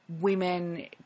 women